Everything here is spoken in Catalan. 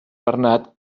bernat